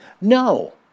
No